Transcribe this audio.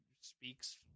speaks